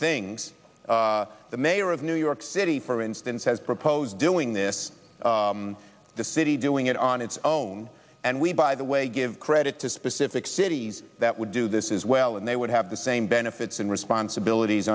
things the mayor of new york city for instance has proposed doing this the city doing it on its own and we by the way give credit to specific cities that would do this is well and they would have the same benefits and responsibilities